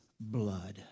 blood